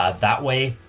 ah that way,